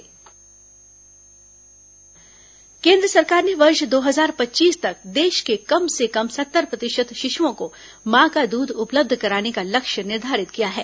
केन्द्र शिशु दूध केन्द्र सरकार ने वर्ष दो हजार पच्चीस तक देश के कम से कम सत्तर प्रतिशत शिशुओं को मां का दूध उपलब्ध कराने का लक्ष्य निर्धारित किया है